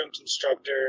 instructor